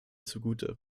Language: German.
zugute